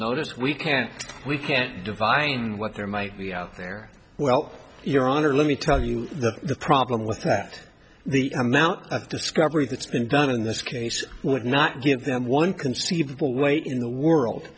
notice we can't we can't divine what there may be out there well your honor let me tell you the problem with tact the amount of discovery that's been done in this case would not give them one conceivable way in the world